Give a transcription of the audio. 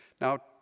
Now